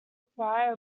acquire